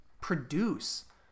produce